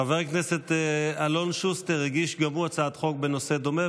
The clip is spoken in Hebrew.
חבר הכנסת אלון שוסטר הגיש גם הוא הצעת חוק בנושא דומה,